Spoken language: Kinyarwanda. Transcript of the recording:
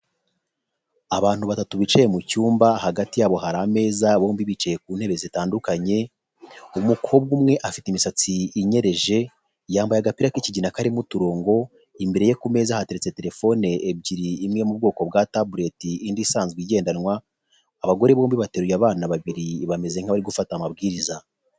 Abantu batatu bicaye mu cyumba hagati yabo hari ameza bombi bicaye ku intebe zitandukanye, umukobwa umwe afite imisatsi inyereje yambaye agapira k'ikiginaga karimo uturongo, imbere ye ku meza hateretse terefone ebyiri imwe iri m'ubwoko bwa tabureti indi isanzwe igendanwa, abagore bombi bateruye abana babiri bameze nk'abari gufata amabwiriza.